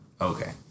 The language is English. okay